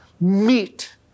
meet